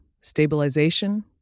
stabilization